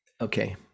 Okay